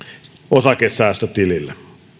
osakesäästötilille